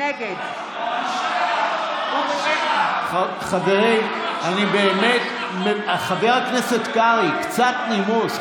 נגד בושה, בושה, חבר הכנסת קרעי, קצת נימוס.